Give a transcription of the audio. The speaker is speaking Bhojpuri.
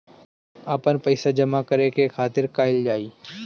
आपन पइसा जमा करे के खातिर का कइल जाइ?